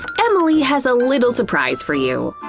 emily has a little surprise for you.